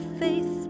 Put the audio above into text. faith